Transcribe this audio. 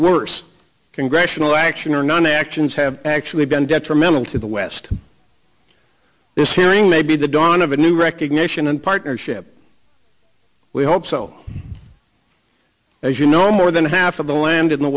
worse congressional action or none actions have actually been detrimental to the west this hearing may be the dawn of a new recognition and partnership we hope so as you know more than half of the land in the